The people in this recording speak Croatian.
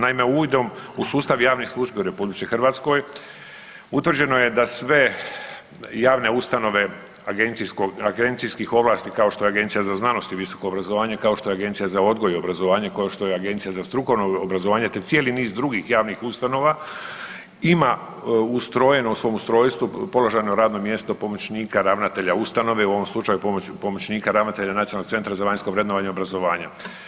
Naime, uvidom u sustav javnih službi u RH utvrđeno je da sve javne ustanove agencijskih ovlasti, kao što je Agencija za znanost i visoko obrazovanje, kao što je Agencija za odgoj i obrazovanje, kao što je Agencija za strukovno obrazovanje, te cijeli niz drugih javnih ustanova ima ustrojeno u svom ustrojstvu položajno radno mjesto pomoćnika ravnatelja ustanove, u ovom slučaju pomoćnika ravnatelja Nacionalnog centra za vanjsko vrednovanje obrazovanja.